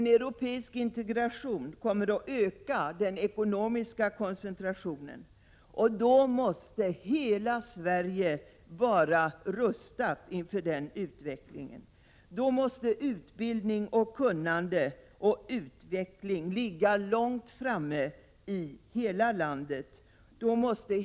En europeisk integration kommer att öka den ekonomiska koncentrationen. Då måste hela Sverige vara rustat inför den utvecklingen, och då måste utbildning, kunnande och utveckling ligga långt framme i hela landet.